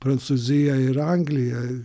prancūzija ir anglija